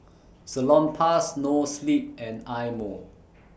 Salonpas Noa Sleep and Eye Mo